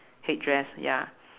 headdress ya